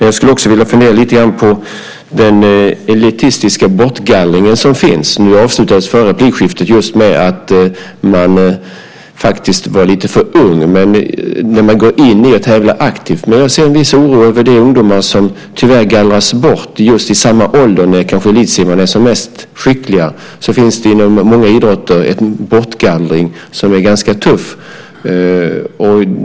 Jag skulle också vilja att vi något funderar kring den elitistiska bortgallring som förekommer. Förra replikskiftet avslutades med detta med att vara lite för ung när man går in i aktivt tävlande. Jag ser ändå med viss oro på de ungdomar som tyvärr gallras bort. Just i den ålder då kanske elitsimmarna är som skickligast finns det inom många idrotter en ganska tuff bortgallring.